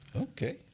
Okay